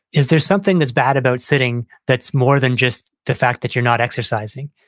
is there something that's bad about sitting that's more than just the fact that you're not exercising?